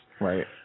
Right